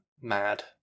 mad